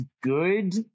good